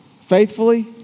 faithfully